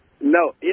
No